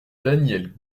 daniel